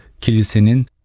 kilisenin